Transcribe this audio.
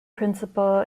principal